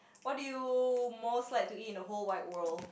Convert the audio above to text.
what do you most like to eat in the whole wide world